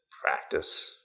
practice